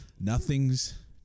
Nothing's